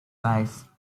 life